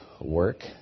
work